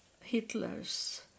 Hitler's